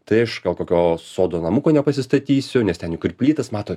tai aš gal kokio sodo namuko nepasistatysiu nes ten jau kur plytas mato